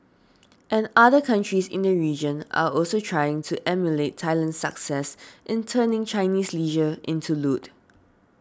and other countries in the region are also trying to emulate Thailand's success in turning Chinese leisure into loot